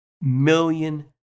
million